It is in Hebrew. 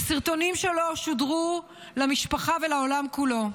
וסרטונים שלו שודרו למשפחה ולעולם כולו.